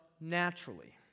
naturally